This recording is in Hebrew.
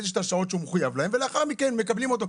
יש את השעות שהוא מחויב לאחר מכן מקבלים אותו.